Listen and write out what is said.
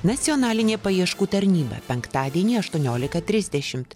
nacionalinė paieškų tarnyba penktadienį aštuoniolika trisdešimt